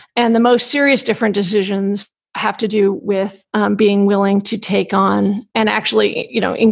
and the most serious, different decisions have to do with um being willing to take on and actually, you know, and